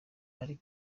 ari